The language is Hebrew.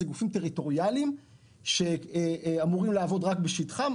אלו גופים טריטוריאליים שאמורים לעבוד רק בשטחם.